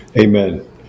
amen